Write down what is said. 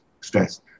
stress